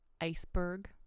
iceberg